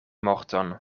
morton